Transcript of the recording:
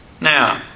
Now